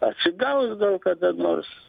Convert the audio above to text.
atsigaus gal kada nors